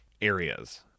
areas